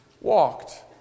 walked